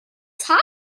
gyntaf